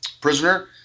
prisoner